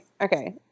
okay